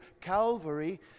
Calvary